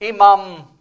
Imam